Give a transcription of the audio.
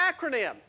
acronym